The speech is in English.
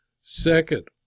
Second